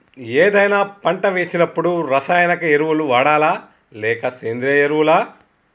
ఏదైనా పంట వేసినప్పుడు రసాయనిక ఎరువులు వాడాలా? లేక సేంద్రీయ ఎరవులా?